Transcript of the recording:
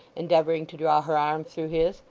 endeavouring to draw her arm through his,